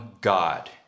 God